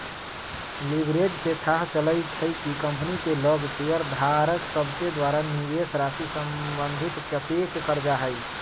leverage से थाह चलइ छइ कि कंपनी के लग शेयरधारक सभके द्वारा निवेशराशि संबंधित कतेक करजा हइ